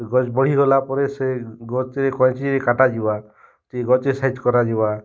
ଗଛ୍ ବଢ଼ିଗଲା ପରେ ସେ ଗଛ୍କେ କଇଁଚି ରେ କାଟା ଯିବା ଗଛ୍କେ ସାଇଜ୍ କରାଯିବା